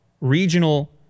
regional